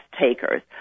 takers